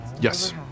Yes